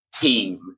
team